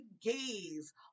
gaze